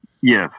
Yes